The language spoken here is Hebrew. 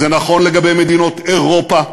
זה נכון לגבי מדינות אירופה,